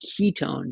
ketones